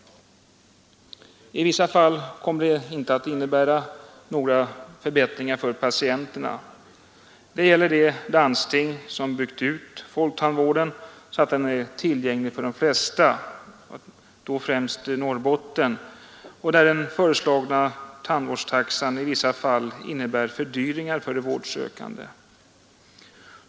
I vissa fall kommer det inte att innebära några förbättringar för patienterna. Det gäller i de landsting som byggt ut folktandvården så att den är tillgänglig för de flesta — då främst Norrbotten — och där den föreslagna tandvårdstaxan i en del fall medför fördyringar för de vårdsökande.